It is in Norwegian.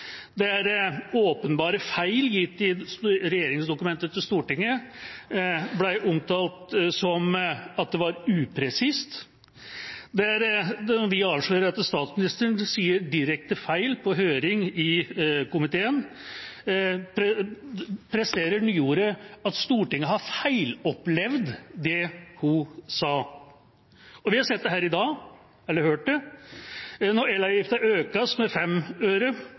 der åpenbare feil i et regjeringsdokument til Stortinget ble omtalt som at det var upresist. Vi avslørte at statsministeren sa direkte feil i høringen i komiteen, og presterte å bruke nyordet «feilopplevd» og sa at Stortinget hadde feilopplevd det hun sa. Vi har hørt det her i dag også: Når elavgiften økes med 5 øre